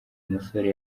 umusore